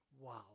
Wow